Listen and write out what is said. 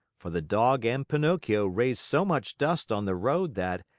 for the dog and pinocchio raised so much dust on the road that,